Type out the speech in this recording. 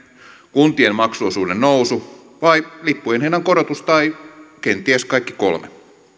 kuntien maksuosuuden nousu vai lippujen hinnan korotus tai kenties kaikki kolme